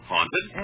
Haunted